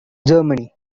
germany